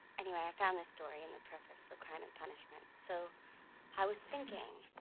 anyway, i found this story in the preface for crime and punishment. so i was thinking